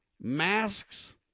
masks